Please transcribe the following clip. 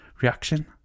reaction